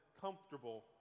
comfortable